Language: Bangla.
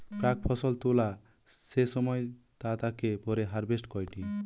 প্রাক ফসল তোলা যে সময় তা তাকে পরে হারভেস্ট কইটি